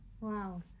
Wow